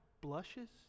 blushes